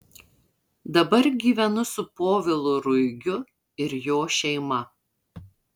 dabar gyvenu su povilu ruigiu ir jo šeima